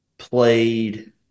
Played